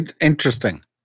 Interesting